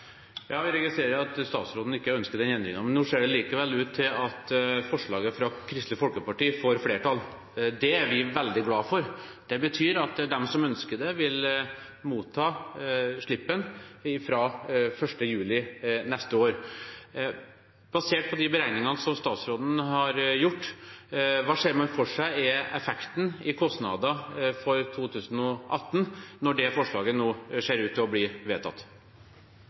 Vi registrerer at statsråden ikke ønsker den endringen, men nå ser det likevel ut til at forslaget fra Kristelig Folkeparti får flertall. Det er vi veldig glade for. Det betyr at de som ønsker det, vil motta slippen fra 1. juli neste år. Basert på de beregningene som statsråden har gjort, hva ser man for seg er effekten i kostnader for 2018 når dette forslaget nå ser ut til å bli vedtatt?